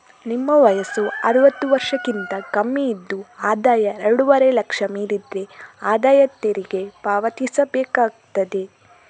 ನಿಮ್ಮ ವಯಸ್ಸು ಅರುವತ್ತು ವರ್ಷಕ್ಕಿಂತ ಕಮ್ಮಿ ಇದ್ದು ಆದಾಯ ಎರಡೂವರೆ ಲಕ್ಷ ಮೀರಿದ್ರೆ ಆದಾಯ ತೆರಿಗೆ ಪಾವತಿಸ್ಬೇಕಾಗ್ತದೆ